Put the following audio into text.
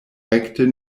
rekte